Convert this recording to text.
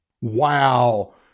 Wow